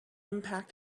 impact